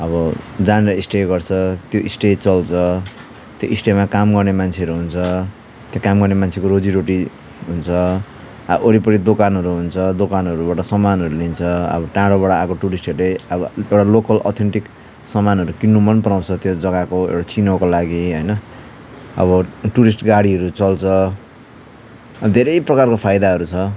अब जहाँ जहाँ स्टे गर्छ त्यो स्टे चल्छ त्यो स्टेमा काम गर्ने मान्छेहरू हुन्छ त्यहाँ काम गर्ने मान्छेको रोजीरोटी हुन्छ आ वरिपरि दोकानहरू हुन्छ दोकानहरूबाट सामानहरू लिन्छ अब टाढोबाट आएको टुरिस्टहरूले अब लोकल अथेन्टिक सामानहरू किन्नु मनपराउँछ त्यो जग्गाको एउटा चिनोको लागि होइन अब टुरिस्ट गाडीहरू चल्छ धेरै प्रकारको फाइदाहरू छ